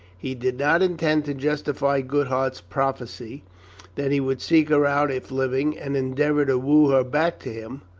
he did not intend to justify goodhart's prophecy that he would seek her out if living, and endeavour to woo her back to him,